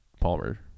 palmer